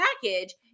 package